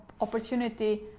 opportunity